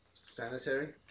sanitary